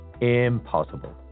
Impossible